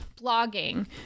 blogging